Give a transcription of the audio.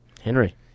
Henry